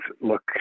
look